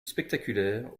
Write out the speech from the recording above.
spectaculaire